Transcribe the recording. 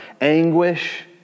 anguish